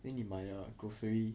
then 你买的 grocery